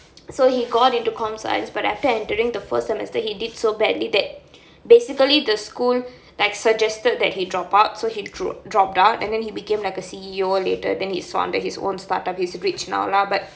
so he got into computer science but after entering the first semester he did so badly that basically the school like suggested that he drop out so he drop dropped out and then he became like C_E_O later then he founded his own start up he's rich now lah but